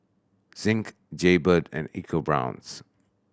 Zinc Jaybird and ecoBrown's